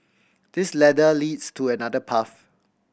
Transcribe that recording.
this ladder leads to another path